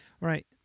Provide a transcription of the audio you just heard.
right